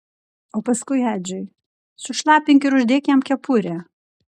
o paskui edžiui sušlapink ir uždėk jam kepurę